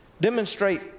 Demonstrate